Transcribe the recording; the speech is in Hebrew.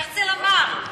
הרצל אמר.